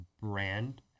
brand